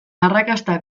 arrakasta